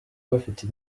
bafite